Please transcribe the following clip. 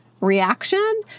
reaction